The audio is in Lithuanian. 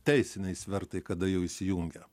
teisiniai svertai kada jau įsijungia